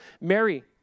Mary